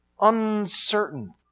uncertain